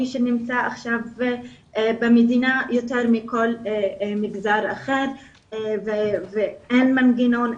שנמצא עכשיו במדינה יותר מכל מגזר אחר ואין מנגנון,